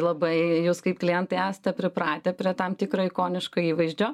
labai jūs kaip klientai esatę pripratę prie tam tikro ikoniško įvaizdžio